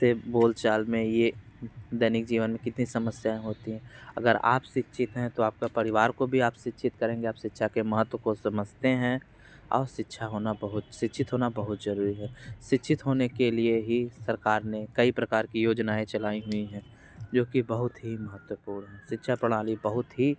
से बोलचाल में यह दैनिक जीवन में कितनी समस्याएँ होती हैं अगर आप शिक्षित हैं तो आपका परिवार को भी शिक्षित करेंगे आप शिक्षा के महत्व को समझते हैं और शिक्षा होना बहुत शिक्षित होना बहुत ज़रूरी है शिक्षित होने के लिए ही सरकार ने कई प्रकार की योजनाएँ चलाई हुई हैं जो कि बहुत ही महत्वपूर्ण है शिक्षा प्रणाली बहुत ही